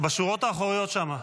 בשורות האחוריות שם,